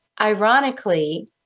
Ironically